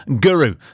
guru